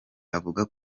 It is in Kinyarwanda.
avuga